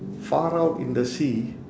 far out in the sea